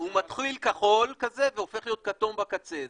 הוא מתחיל כחול כזה והופך להיות כתום בקצה.